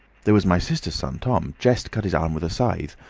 there was my sister's son, tom, jest cut his arm with a scythe,